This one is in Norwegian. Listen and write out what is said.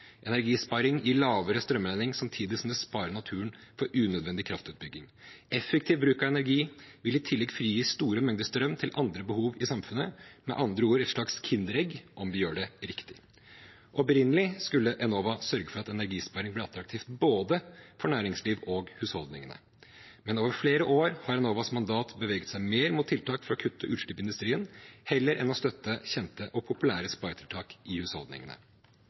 Energisparing gir lavere strømregning samtidig som det sparer naturen for unødvendig kraftutbygging. Effektiv bruk av energi vil i tillegg frigi store mengder strøm til andre behov i samfunnet, med andre ord et slags kinderegg om vi gjør det riktig. Opprinnelig skulle Enova sørge for at energisparing ble attraktivt for både næringslivet og husholdningene. Men over flere år har Enovas mandat beveget seg mer mot tiltak for å kutte utslipp i industrien heller enn å støtte kjente og populære sparetiltak i husholdningene.